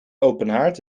openhaard